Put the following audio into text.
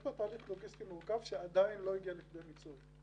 יש פה תהליך לוגיסטי מורכב שעדיין לא הגיע לכדי מיצוי.